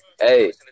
hey